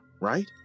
right